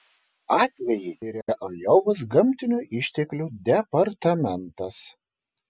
atvejį tiria ajovos gamtinių išteklių departamentas